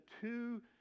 two